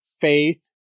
faith